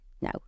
no